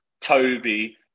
Toby